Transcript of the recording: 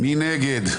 מי נגד?